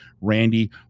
Randy